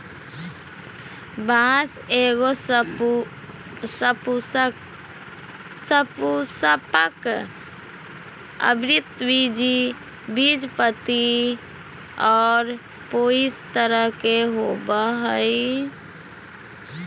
बाँस एगो सपुष्पक, आवृतबीजी, बीजपत्री और पोएसी तरह के होबो हइ